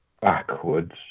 Backwards